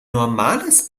normales